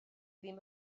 ddim